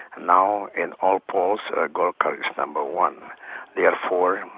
now, in all polls ah golkar is number one therefore,